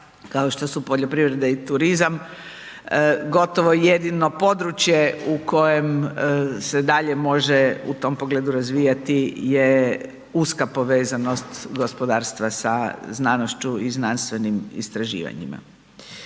kao što su poljoprivrede i turizam gotovo i jedino područje u kojem se dalje može u tom pogledu razvijati je uska povezanost gospodarstva sa znanošću i znanstvenim istraživanjima.